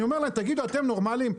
אני אומר להם 'תגידו אתם נורמליים,